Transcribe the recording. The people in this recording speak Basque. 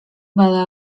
bada